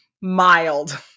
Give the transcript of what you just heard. Mild